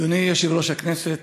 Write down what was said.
אדוני יושב-ראש הכנסת,